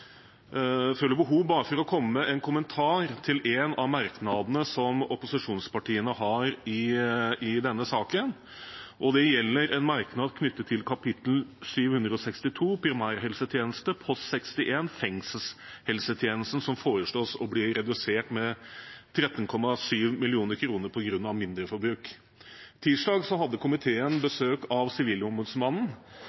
føler behov for å komme med en kommentar til en av merknadene som opposisjonspartiene har i denne saken. Det gjelder en merknad knyttet til kapittel 762 Primærhelsetjeneste, post 61 Fengselshelsetjenesten, som foreslås å bli redusert med 13,7 mill. kr på grunn av mindreforbruk i tilskuddsordningen til kommunenes tilbud om helsetjenester til innsatte i fengsel. Tirsdag hadde komiteen